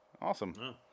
awesome